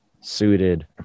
suited